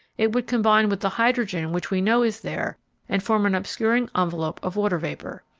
it would combine with the hydrogen which we know is there and form an obscuring envelope of water vapor.